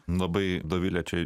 labai dovilė čia